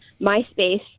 MySpace